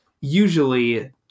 usually